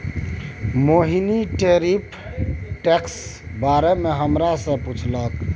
मोहिनी tariff टैक्सक बारे मे हमरा सँ पुछलक